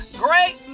Great